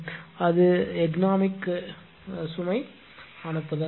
எனவே அது எகனாமிக் சுமை அனுப்புதல்